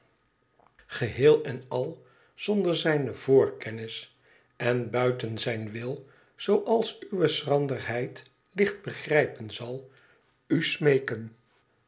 geheel en al zonder zijne voorkennis en buiten zijn wil zooals uwe schranderheid licht begrijpen zal u smeeken